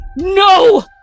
No